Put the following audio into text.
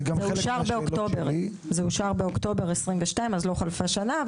זה אושר באוקטובר 2022, אז לא חלפה שנה.